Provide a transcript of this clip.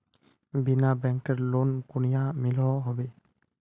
बिना बैंकेर लोन कुनियाँ मिलोहो होबे?